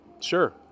Sure